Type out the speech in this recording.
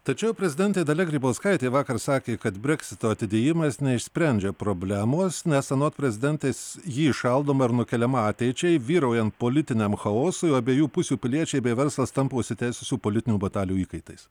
tačiau prezidentė dalia grybauskaitė vakar sakė kad breksito atidėjimas neišsprendžia problemos nes anot prezidentės ji įšaldoma ir nukeliama ateičiai vyraujant politiniam chaosui abiejų pusių piliečiai bei verslas tampa užsitęsusių politinių batalijų įkaitais